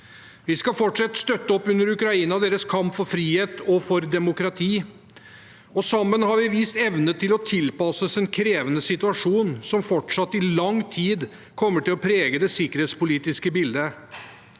Vi skal fortsatt støtte oppunder Ukraina og deres kamp for frihet og demokrati, og sammen har vi vist evne til å tilpasse oss en krevende situasjon som fortsatt i lang tid kommer til å prege det sikkerhetspolitiske bildet.